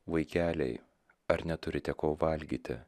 vaikeliai ar neturite ko valgyti